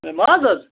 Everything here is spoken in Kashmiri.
ماز حظ